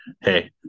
Hey